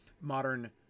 modern